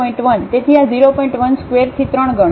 1 ² થી 3 ગણો જે 0